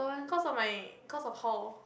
cause of my cause of hall